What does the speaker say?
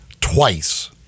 twice